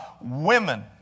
women